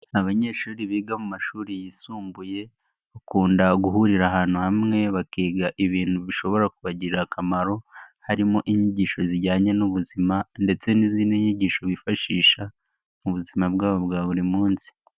Abanyeshuri biga mu mashuri yisumbuye, bakunda guhurira ahantu hamwe bakiga ibintu bishobora kubagirira akamaro, harimo inyigisho zijyanye n'ubuzima, ndetse n'izindi nyigisho bifashisha mu buzima bwabo bwa buri munsi.